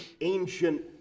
ancient